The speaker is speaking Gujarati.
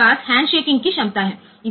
પાસે હેન્ડશેકિંગ ક્ષમતા પણ હોય છે